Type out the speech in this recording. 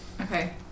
Okay